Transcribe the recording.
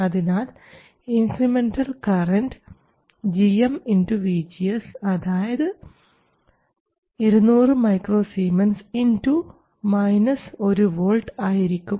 അതിനാൽ incremental current gm vGS അതായത് 200 µS 1 V ആയിരിക്കും